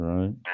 Right